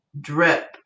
drip